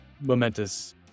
momentous